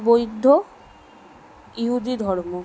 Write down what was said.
বৌদ্ধ ইহুদি ধর্ম